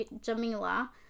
Jamila